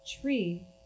Tree